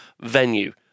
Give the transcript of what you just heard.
venue